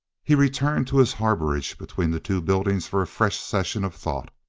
he returned to his harborage between the two buildings for a fresh session of thought.